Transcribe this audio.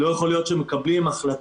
לא יכול להיות שמקבלים החלטה